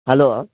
hello